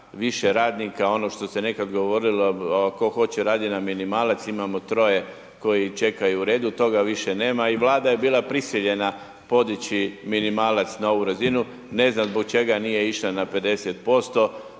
više radnika, ono što se nekad govorilo tko hoće radit na minimalac, imamo troje koji čekaju u redu, toga više nema i Vlada je bila prisiljena podići minimalac na ovu razinu, ne znam zbog čega nije išla na 50%,